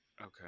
Okay